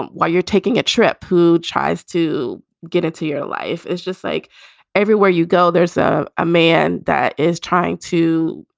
while you're taking a trip who tries to get into your life is just like everywhere you go. there's ah a man that is trying to.